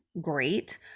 great